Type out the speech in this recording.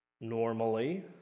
Normally